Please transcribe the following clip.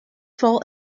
fault